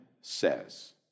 says